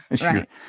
right